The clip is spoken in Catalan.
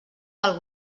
del